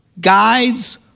guides